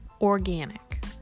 Organic